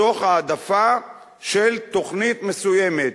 מתוך העדפה של תוכנית מסוימת,